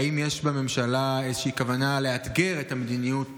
האם יש בממשלה איזושהי כוונה לאתגר את המדיניות